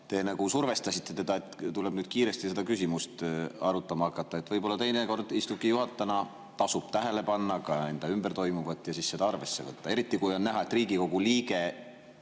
Te survestasite teda, et tuleb kiiresti seda küsimust arutama hakata. Võib-olla teinekord istungi juhatajana tasub tähele panna ka enda ümber toimuvat ja seda arvesse võtta, eriti kui on näha, et Riigikogu liige